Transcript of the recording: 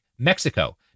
Mexico